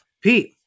Pete